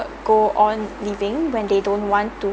go on living when they don't want to